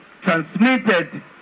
transmitted